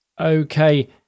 Okay